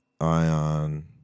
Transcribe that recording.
Ion